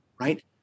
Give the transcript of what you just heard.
right